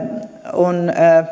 on